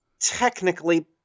technically